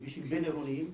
כבישים בין עירוניים,